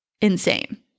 insane